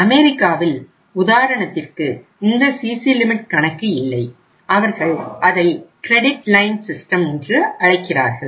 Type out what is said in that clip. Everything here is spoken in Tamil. அமெரிக்காவில் உதாரணத்திற்கு இந்த சிசி லிமிட் என்று அழைக்கிறார்கள்